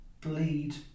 bleed